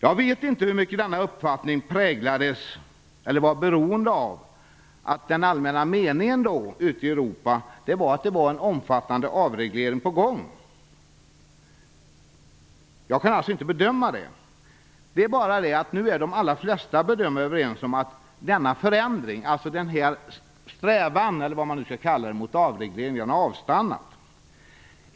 Jag vet inte hur mycket denna uppfattning präglades, eller var beroende, av att den allänna meningen då ute i Europa var att en omfattande avreglering var på gång. Jag kan alltså inte bedöma det. Det är bara det att nu är de allra flesta bedömare överens om att denna förändring, alltså strävan mot en avreglering, har avstannat.